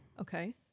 Okay